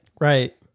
Right